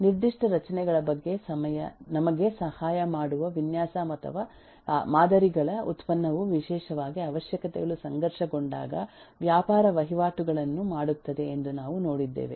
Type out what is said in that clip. ನಿರ್ದಿಷ್ಟ ರಚನೆಗಳ ಬಗ್ಗೆ ನಮಗೆ ಸಹಾಯ ಮಾಡುವ ವಿನ್ಯಾಸ ಅಥವಾ ಮಾದರಿಗಳ ಉತ್ಪನ್ನವು ವಿಶೇಷವಾಗಿ ಅವಶ್ಯಕತೆಗಳು ಸಂಘರ್ಷಗೊಂಡಾಗ ವ್ಯಾಪಾರ ವಹಿವಾಟುಗಳನ್ನು ಮಾಡುತ್ತದೆ ಎಂದು ನಾವು ನೋಡಿದ್ದೇವೆ